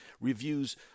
reviews